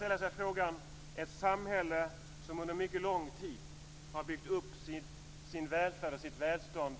Vi har ett samhälle som under mycket lång tid har byggt upp sin välfärd och sitt välstånd